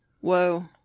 Whoa